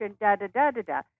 da-da-da-da-da